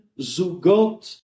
Zugot